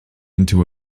into